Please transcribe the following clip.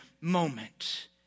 moment